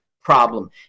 problem